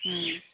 ꯎꯝ